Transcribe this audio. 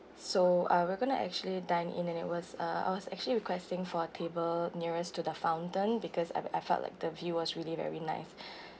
so uh we're going to actually dine in and it was uh I was actually requesting for a table nearest to the fountain because I've I felt like the view was really very nice